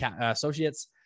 Associates